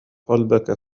قلبك